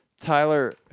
Tyler